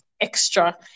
extra